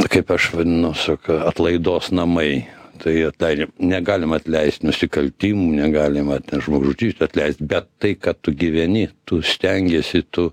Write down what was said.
tai kaip aš vadinu saka atlaidos namai tai dar negalima atleist nusikaltimų negalima žmogžudysčių atleist bet tai kad tu gyveni tu stengiesi tu